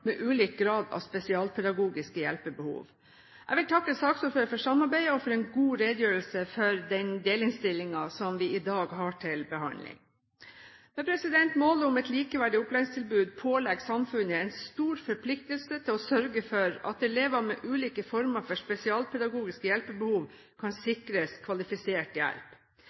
med ulik grad av spesialpedagogiske hjelpebehov. Jeg vil takke saksordføreren for samarbeidet og for en god redegjørelse for den delinnstillingen som vi i dag har til behandling. Målet om et likeverdig opplæringstilbud pålegger samfunnet en stor forpliktelse til å sørge for at elever med ulike former for spesialpedagogiske hjelpebehov, kan sikres kvalifisert hjelp.